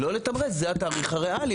לא לתמרץ, זה התאריך הריאלי.